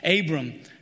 Abram